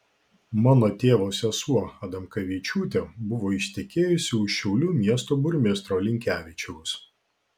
mano tėvo sesuo adamkavičiūtė buvo ištekėjusi už šiaulių miesto burmistro linkevičiaus